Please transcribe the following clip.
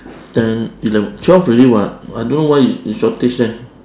ten eleven twelve already what I don't know why it it shortage eh